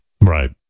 Right